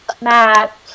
matt